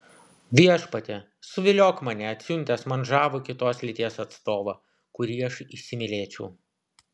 viešpatie suviliok mane atsiuntęs man žavų kitos lyties atstovą kurį aš įsimylėčiau